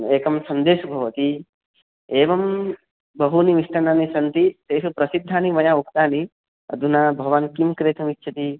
एकं सन्देशः भवति एवं बहूनि मिष्टान्नानि सन्ति तेषु प्रसिद्धानि मया उक्तानि अधुना भवान् किं क्रेतुमिच्छति